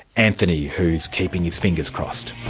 anthony, who's keeping his fingers crossed.